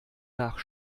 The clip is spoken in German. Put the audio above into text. nach